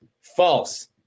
False